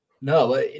no